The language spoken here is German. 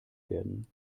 werden